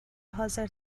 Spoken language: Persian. حاضر